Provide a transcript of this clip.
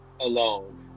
alone